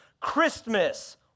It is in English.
Christmas